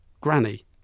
granny